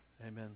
Amen